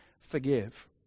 forgive